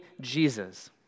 Jesus